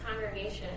congregation